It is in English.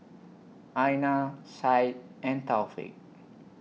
Aina Syed and Taufik